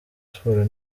sports